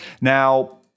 Now